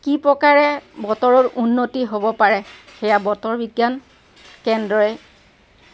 কি প্ৰকাৰে বতৰৰ উন্নতি হ'ব পাৰে সেয়া বতৰ বিজ্ঞান কেন্দ্ৰই